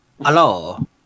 Hello